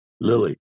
Lily